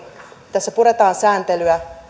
tässä puretaan sääntelyä